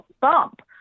bump